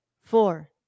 four